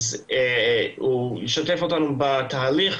הוא ישתף אותנו בתהליך.